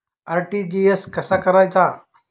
RTGS कसा करायचा?